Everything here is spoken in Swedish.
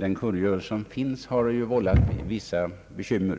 den kungörelse som finns har vållat vissa bekymmer.